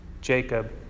Jacob